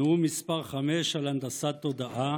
נאום מס' 5 על הנדסת תודעה,